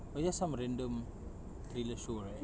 oh that's some random thriller show right